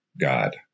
God